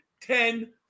Ten